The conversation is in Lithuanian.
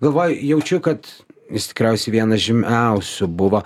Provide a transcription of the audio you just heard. galvoju jaučiu kad jis tikriausiai vienas žymiausių buvo